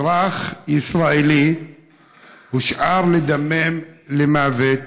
אזרח ישראלי הושאר לדמם למוות,